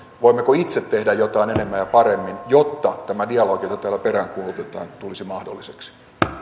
voimmeko itse tehdä jotain enemmän ja paremmin jotta tämä dialogi jota täällä peräänkuulutetaan tulisi mahdolliseksi